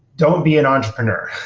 don't be an entrepreneur.